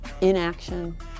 Inaction